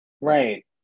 Right